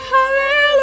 Hallelujah